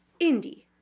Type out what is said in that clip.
indie